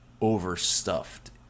overstuffed